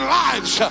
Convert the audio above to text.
lives